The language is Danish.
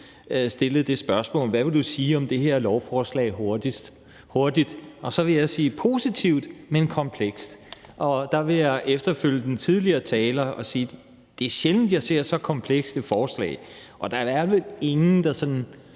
stillet det spørgsmål: Hvad vil du sige om det her lovforslag hurtigt? Og så vil jeg sige, at det er positivt, men komplekst, og der vil jeg efterfølge den tidligere taler og sige, at det er sjældent, at jeg ser så komplekst et forslag, og at der vel ikke er nogen, der sådan